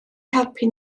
helpu